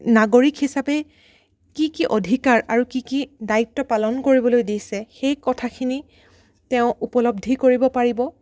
নাগৰিক হিচাপে কি কি অধিকাৰ আৰু কি কি দায়িত্ব পালন কৰিবলৈ দিছে সেই কথাখিনি তেওঁ উপলদ্ধি কৰিব পাৰিব